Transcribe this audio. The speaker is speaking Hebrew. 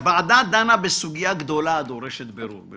הוועדה דנה בסוגיה גדולה הדורשת בירור.